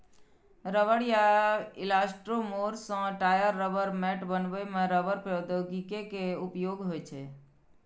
रबड़ या इलास्टोमोर सं टायर, रबड़ मैट बनबै मे रबड़ प्रौद्योगिकी के उपयोग होइ छै